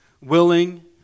willing